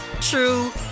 true